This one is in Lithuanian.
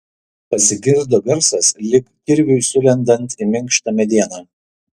pasigirdo garsas lyg kirviui sulendant į minkštą medieną